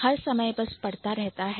हर समय बस पढ़ता रहता है